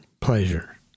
pleasure